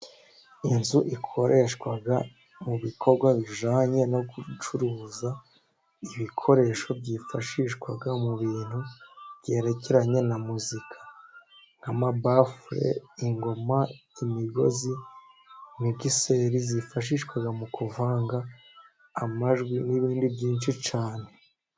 Inzu ikoreshwa mu bikorwa bijyanye no gucuruza ibikoresho byifashishwa mu bintu byerekeranye na muzika, nk'amabafule, ingoma, imigozi, migiseri zifashishwa mu kuvanga amajwi, n'ibindi byinshi cyane.